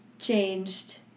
changed